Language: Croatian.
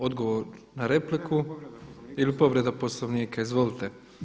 Odgovor na repliku ili povreda Poslovnika, izvolite.